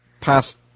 past